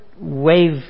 wave